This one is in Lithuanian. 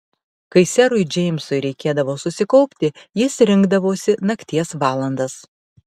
kai serui džeimsui reikėdavo susikaupti jis rinkdavosi nakties valandas